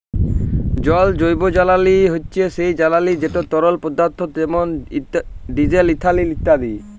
জল জৈবজ্বালানি হছে সেই জ্বালানি যেট তরল পদাথ্থ যেমল ডিজেল, ইথালল ইত্যাদি